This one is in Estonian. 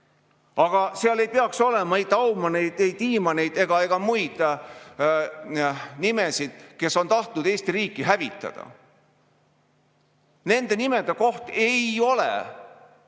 Aga seal ei peaks olema ei Daumaneid, ei Tiimanneid ega muid nimesid, kes on tahtnud Eesti riiki hävitada. Nende nimede koht ei ole